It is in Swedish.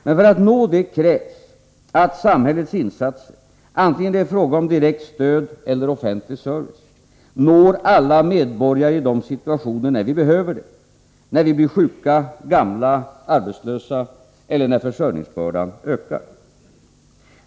Men för att nå det krävs att samhällets insatser, vare sig det är fråga om direkt stöd eller om offentlig service, når alla medborgare i de situationer där vi behöver det — när vi blir sjuka, gamla, arbetslösa eller när försörjningsbördan ökar.